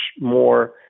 more